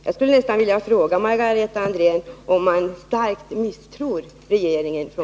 Jag skulle nästan vilja fråga Margareta Andrén om man på folkpartihåll starkt misstror regeringen.